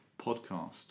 podcast